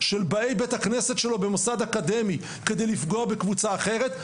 של באי בית הכנסת שלו במוסד אקדמי כדי לפגוע בקבוצה אחרת,